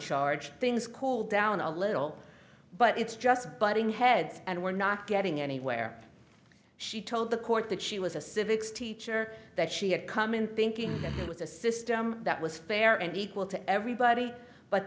charge things cooled down a little but it's just butting heads and we're not getting anywhere she told the court that she was a civics teacher that she had come in thinking that it was a system that was fair and equal to everybody but